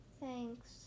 Thanks